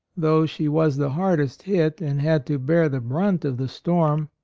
though she was the hardest hit and had to bear the brunt of the storm,